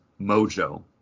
Mojo